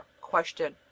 Question